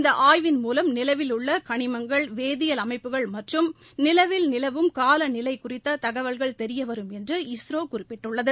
இந்த ஆய்வின் மூலம் நிலவிலுள்ள கனிமங்கள் வேதியல் அமைப்புகள் மற்றும் நிலவில் நிலவும் காலநிலை குறித்த தகவல்கள் தெரியவரும் என்று இஸ்ரோ குறிப்பிட்டுள்ளது